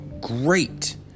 great